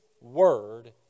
word